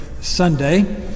Sunday